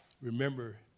Remember